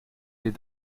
les